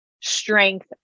strength